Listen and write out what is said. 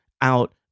out